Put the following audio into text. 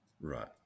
Right